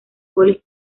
goles